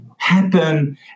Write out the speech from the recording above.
Happen